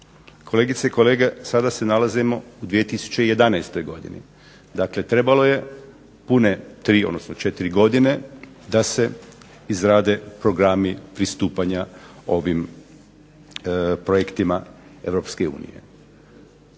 Kolegice i kolege, sada se nalazimo u 2011. godini, dakle trebalo je pune 3, odnosno 4 godine da se izrade programi pristupanja ovim projektima Europske unije.